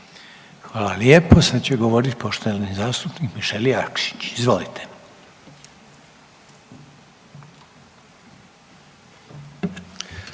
Hvala lijepa. Sada će govoriti poštovana zastupnica Katarina Peović. Izvolite.